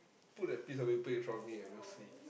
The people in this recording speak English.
put that piece of paper in front of me and we'll see